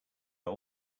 are